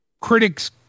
critics